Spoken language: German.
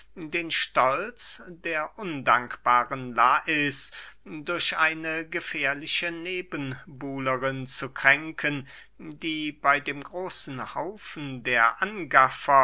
den stolz der undankbaren lais durch eine gefährliche nebenbuhlerin zu kränken die bey dem großen haufen der angaffer